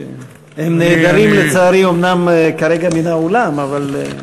הם נעדרים כרגע מן האולם אבל,